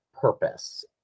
purpose